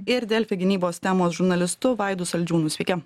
ir delfi gynybos temos žurnalistu vaidu saldžiūnu sveiki